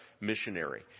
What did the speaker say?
missionary